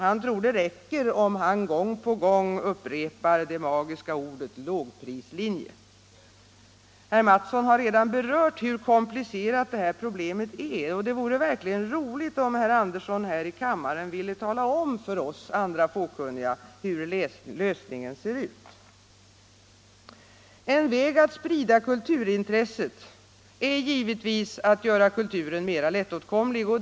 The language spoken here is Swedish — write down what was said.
Han tror det räcker med att han gång på gång upprepar det magiska ordet lågprislinje. Herr Mattson i Lane Herrestad har redan berört hur komplicerat det här problemet är. Det vore verkligen roligt om herr Andersson ville tala om för oss andra, fåkunniga här i kammaren hur lösningen ser ut. En väg att sprida kulturintresset är givetvis att göra kulturen mer lättåtkomlig.